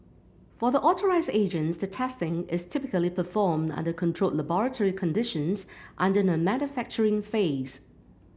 for the authorised agents the testing is typically performed under controlled laboratory conditions under the manufacturing phase